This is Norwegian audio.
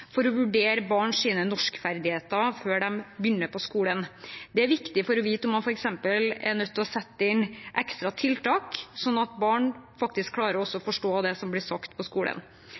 for å vurdere barns norskferdigheter før de begynner på skolen. Det er viktig for å vite om man f.eks. er nødt til å sette inn ekstra tiltak, slik at barna faktisk klarer å forstå det som blir sagt i skolen.